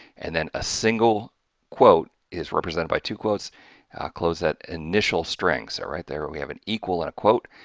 and then a single quote is represented by two quotes close that initial string. so, right there but we have an equal and a quote,